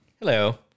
Hello